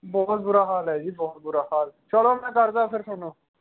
ਬਹੁਤ ਬੁਰਾ ਹਾਲ ਹੈ ਜੀ ਬਹੁਤ ਬੁਰਾ ਹਾਲ ਚਲੋ ਮੈਂ ਕਰਦਾ ਫਿਰ ਤੁਹਾਨੂੰ